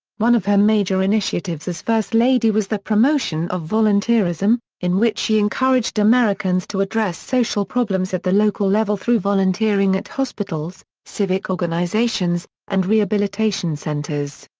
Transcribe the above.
one of her major initiatives as first lady was the promotion of volunteerism, in which she encouraged americans to address social problems at the local level through volunteering at hospitals, civic organizations, and rehabilitation centers.